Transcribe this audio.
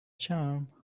charm